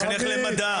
תחנך למדע.